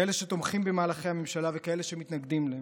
כאלה שתומכים במהלכי הממשלה וכאלה שמתנגדים להם.